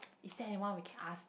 is there anyone we can ask